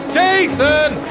Jason